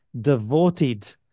devoted